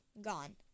gone